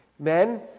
Men